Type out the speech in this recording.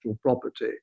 property